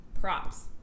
props